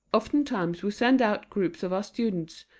oftentimes we send out groups of our students,